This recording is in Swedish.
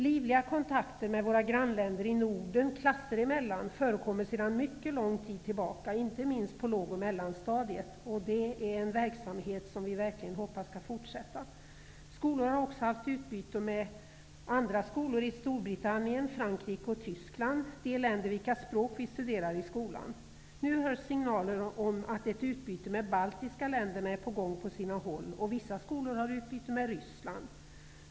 Livliga kontakter mellan klasser i våra grannländer i Norden förekommer sedan mycket lång tid tillbaka, inte minst på låg och mellanstadiet. Det är en verksamhet som vi verkligen hoppas skall fortsätta. Skolor har också haft utbyte med andra skolor i Storbritannien, Frankrike och Tyskland -- de länder vilkas språk vi studerar i skolan. Nu hörs signaler om att ett utbyte med de baltiska länderna är på gång på sina håll. Vissa skolor har utbyte med Ryssland.